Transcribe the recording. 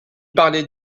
parlaient